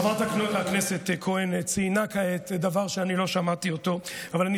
חבר הכנסת טופורובסקי, קריאה שנייה.